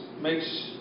makes